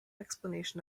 explanation